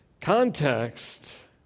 context